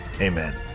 Amen